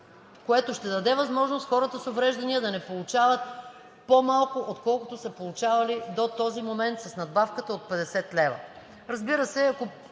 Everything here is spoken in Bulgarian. което ще даде възможност хората с увреждания да не получават по-малко, отколкото са получавали до този момент с надбавката от 50 лв.